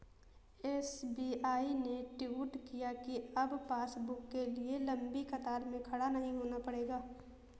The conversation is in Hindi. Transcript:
एस.बी.आई ने ट्वीट किया कि अब पासबुक के लिए लंबी कतार में खड़ा नहीं होना पड़ेगा